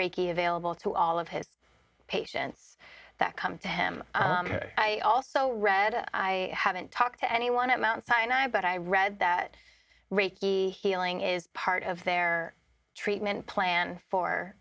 reiki available to all of his patients that come to him i also read i haven't talked to anyone at mt sinai but i read that reiki healing is part of their treatment plan for